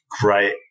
great